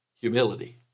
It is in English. humility